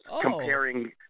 comparing